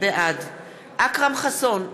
בעד אכרם חסון,